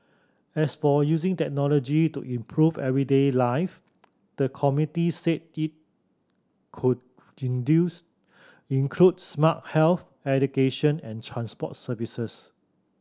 as for using technology to improve everyday life the committee said it could induce include smart health education and transport services